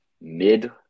mid